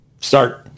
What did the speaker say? Start